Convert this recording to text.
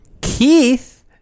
Keith